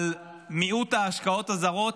על מיעוט ההשקעות הזרות.